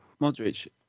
Modric